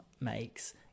makes